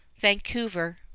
Vancouver